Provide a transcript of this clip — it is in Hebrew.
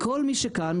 לכל מי שכאן,